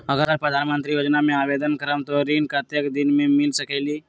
अगर प्रधानमंत्री योजना में आवेदन करम त ऋण कतेक दिन मे मिल सकेली?